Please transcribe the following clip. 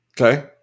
Okay